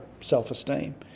self-esteem